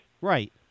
Right